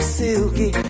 silky